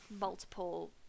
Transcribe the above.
multiple